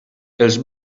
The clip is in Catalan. els